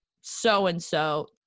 so-and-so